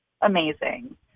amazing